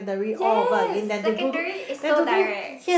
yes secondary is so direct